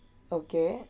okay